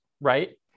right